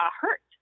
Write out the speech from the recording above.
hurt